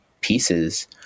pieces